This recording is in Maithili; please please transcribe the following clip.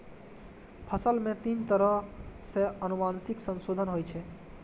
फसल मे तीन तरह सं आनुवंशिक संशोधन होइ छै